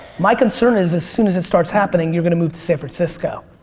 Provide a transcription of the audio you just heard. my concern is as soon as it starts happening you're going to move to san francisco.